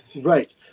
Right